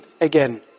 again